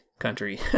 country